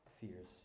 fears